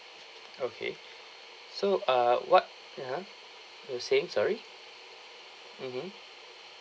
okay so ah what ya you're saying sorry mmhmm